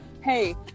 Hey